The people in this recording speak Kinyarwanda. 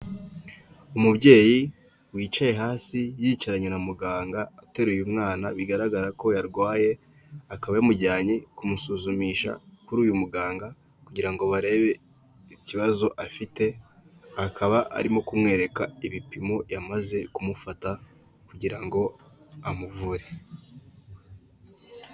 Umubyeyi wicaye hasi yicaranye na muganga ateruye mwana bigaragara ko yarwaye, akaba yamujyanye ku musuzumisha kuri uyu muganga kugira ngo barebe ikibazo afite, akaba arimo kumwereka ibipimo yamaze kumufata kugira ngo amuvure.